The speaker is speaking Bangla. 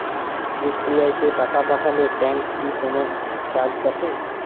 ইউ.পি.আই তে টাকা পাঠালে ব্যাংক কি কোনো চার্জ কাটে?